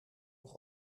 nog